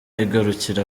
igarukira